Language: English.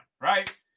right